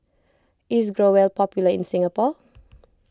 is Growell popular in Singapore